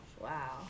Wow